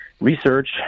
Research